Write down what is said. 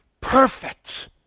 perfect